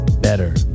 better